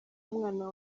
umwana